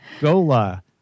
gola